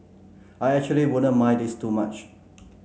I actually wouldn't mind this too much